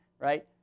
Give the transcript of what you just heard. right